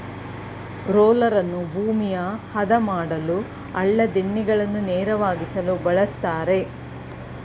ರೋಲರನ್ನು ಭೂಮಿಯ ಆದ ಮಾಡಲು, ಹಳ್ಳ ದಿಣ್ಣೆಗಳನ್ನು ನೇರವಾಗಿಸಲು ಬಳ್ಸತ್ತರೆ